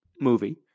movie